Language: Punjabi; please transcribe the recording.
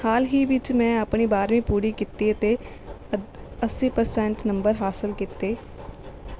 ਹਾਲ ਹੀ ਵਿੱਚ ਮੈਂ ਆਪਣੀ ਬਾਰ੍ਹਵੀਂ ਪੂਰੀ ਕੀਤੀ ਅਤੇ ਅੱ ਅੱਸੀ ਪ੍ਰਸੈਂਟ ਨੰਬਰ ਹਾਸਲ ਕੀਤੇ